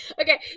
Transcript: Okay